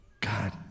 God